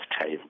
time